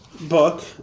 book